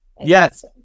Yes